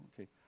Okay